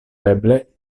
eble